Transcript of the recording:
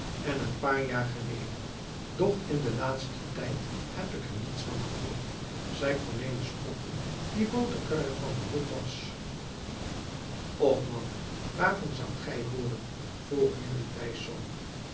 nu een paar jaar geleden doch in den laatsten tijd heb ik er niets van gehoord zeide cornelis otten die boterkruier van beroep was och man waarvan zoudt gij hooren vroeg jurrie thijsz